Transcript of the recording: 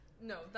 No